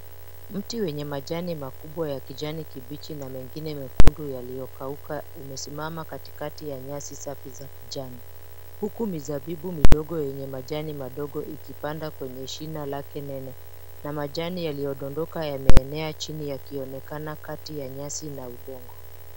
Mti wenye majani makubwa ya kijani kibichi na mengine mekundu yaliyokauka umesimama katikati ya nyasi safi za kijani. Huku mizabibu midogo yenye majani madogo ikipanda kwenye shina lake nene na majani yaliyodondoka yameenea chini yakionekana kati ya nyasi na udongo.